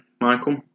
Michael